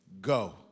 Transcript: Go